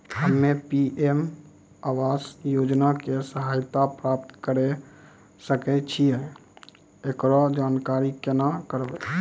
हम्मे पी.एम आवास योजना के सहायता प्राप्त करें सकय छियै, एकरो जानकारी केना करबै?